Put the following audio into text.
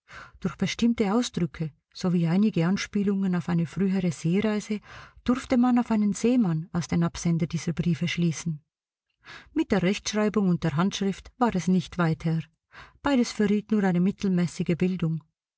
durch bestimmte ausdrücke sowie einige anspielungen auf eine frühere seereise durfte man auf einen seemann als den absender dieser briefe schließen mit der rechtschreibung und der handschrift war es nicht weit her beides verriet nur eine mittelmäßige bildung